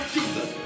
Jesus